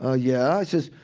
ah yeah. i says,